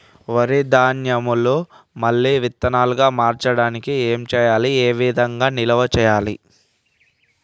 వరి ధాన్యము మళ్ళీ విత్తనాలు గా మార్చడానికి ఏం చేయాలి ఏ విధంగా నిల్వ చేయాలి?